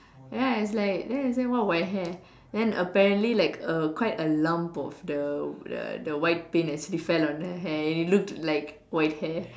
ya it's like then she say what white hair then apparently like uh quite a lump of the the white paint fell on her hair it looked like white hair